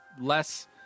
Less